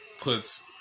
puts